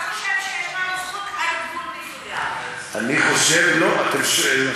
תגיד את זה, אתה חושב שיש לנו